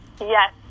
Yes